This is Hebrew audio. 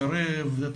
כמו קרב,